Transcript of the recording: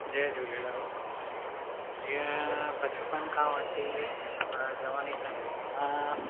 जय झूलेलाल जीअं बचपन खां वठी जुवानी ताईं मां